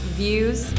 views